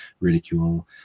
Ridicule